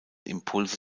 impulse